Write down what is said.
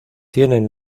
tienen